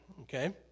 okay